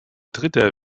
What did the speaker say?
dritter